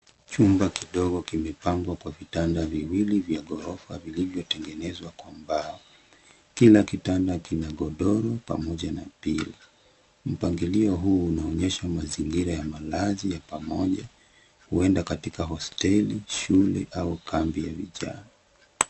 Chumba kidogo kimepangwa kwa vitanda viwili vya ghorofa vilivyotengenezwa kwa mbao. Kila kitanda kina godoro pamoja na pillow . Mpangilio huu unaonyesha mazingira ya malazi ya pamoja huenda katika hosteli, shule au kambi ya vijana.